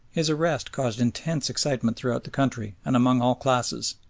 his arrest caused intense excitement throughout the country and among all classes.